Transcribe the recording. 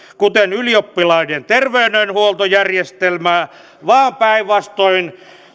kuten ylioppilaiden terveydenhuoltojärjestelmää vaan päinvastoin